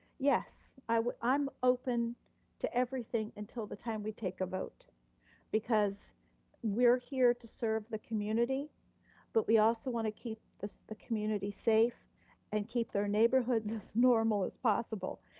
yes, i'm i'm opened to everything until the time we take a vote because we're here to serve the community but we also wanna keep the the community safe and keep their neighborhoods as normal as possible,